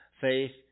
faith